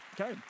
Okay